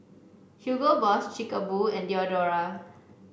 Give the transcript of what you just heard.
Hugo Boss Chic Boo and Diadora